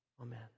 Amen